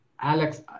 Alex